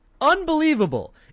unbelievable